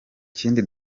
kindi